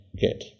get